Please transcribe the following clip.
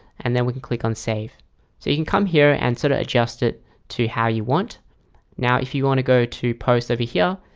and then we can click on save so you can come here and sort of adjust it to how you want now if you want to go to post over here,